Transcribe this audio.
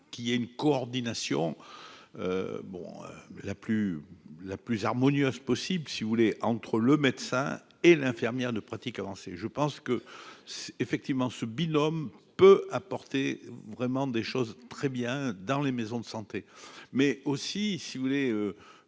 qu'il y ait une coordination bon la plus la plus harmonieuse possible si vous voulez entre le médecin et l'infirmière de pratique avancée je pense que c'est effectivement ce binôme peut apporter vraiment des choses très bien dans les maisons de santé mais aussi si vous voulez,